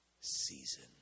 season